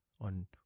on